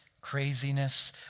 craziness